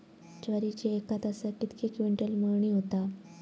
ज्वारीची एका तासात कितके क्विंटल मळणी होता?